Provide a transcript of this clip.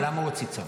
למה הוא הוציא צווים?